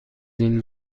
این